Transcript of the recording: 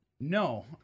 No